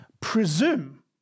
presume